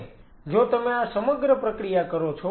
અને જો તમે આ સમગ્ર પ્રક્રિયા કરો છો